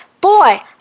Boy